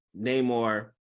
Namor